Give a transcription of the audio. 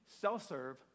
self-serve